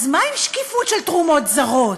אז מה עם שקיפות של תרומות זרות?